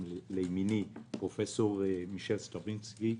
לימיני פרופ' מישל סטרבצ'ינסקי,